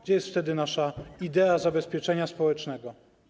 Gdzie jest wtedy nasza idea zabezpieczenia społecznego?